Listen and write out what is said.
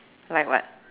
like what